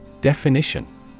Definition